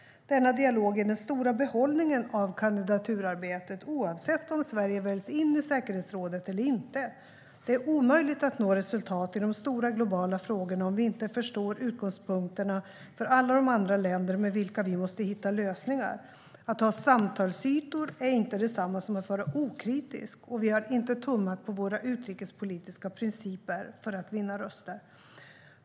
Denna dialog är den stora behållningen av kandidaturarbetet oavsett om Sverige väljs in i säkerhetsrådet eller inte. Det är omöjligt att nå resultat i de stora globala frågorna om vi inte förstår utgångspunkterna för alla de andra länder med vilka vi måste hitta lösningar. Att ha samtalsytor är inte detsamma som att vara okritisk, och vi har inte tummat på våra utrikespolitiska principer för att vinna röster.